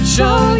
Show